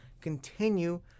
continue